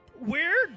Weird